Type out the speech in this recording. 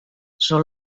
són